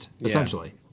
essentially